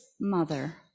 mother